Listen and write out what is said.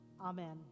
amen